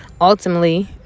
ultimately